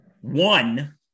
one